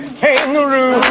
kangaroo